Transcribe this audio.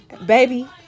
baby